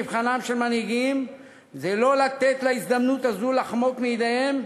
מבחנם של מנהיגים זה לא לתת להזדמנות הזאת לחמוק מידיהם,